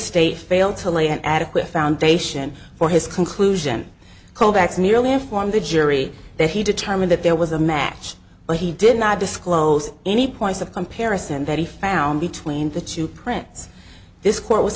state failed to lay an adequate foundation for his conclusion kovacs nearly half won the jury that he determined that there was a match but he did not disclose any points of comparison that he found between the two prints this court was